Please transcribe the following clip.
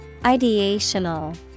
Ideational